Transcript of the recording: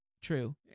True